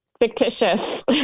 Fictitious